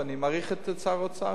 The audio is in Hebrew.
ואני מעריך את שר האוצר.